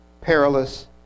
perilous